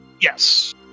Yes